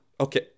Okay